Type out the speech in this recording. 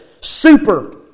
super